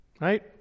right